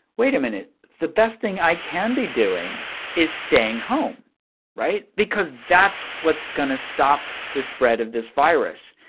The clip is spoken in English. wait a minute. the best thing i can be doing is staying home right? because that's what's going to stop the spread of this virus.